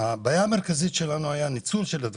והבעיה המרכזית שלנו הייתה ניצול של התקציב.